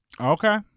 Okay